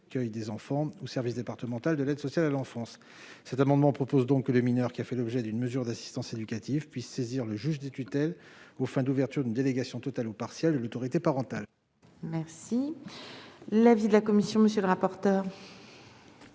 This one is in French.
recueil des enfants ou service départemental de l'aide sociale à l'enfance ». Cet amendement vise à prévoir que le mineur qui a fait l'objet d'une mesure d'assistance éducative peut saisir le juge des tutelles aux fins d'ouverture d'une délégation totale ou partielle de l'autorité parentale. Quel est l'avis de la commission ? Les amendements